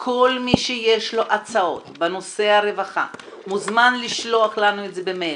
כל מי שיש לו הצעות בנושא הרווחה מוזמן לשלוח לנו את זה במייל,